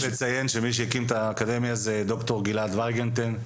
רק לציין שמי שהקים את האקדמיה זה ד"ר גלעד ויינגרטן,